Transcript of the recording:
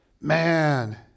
man